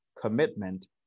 commitment